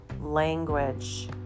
language